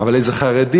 אבל איזה חרדי,